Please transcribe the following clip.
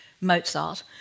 Mozart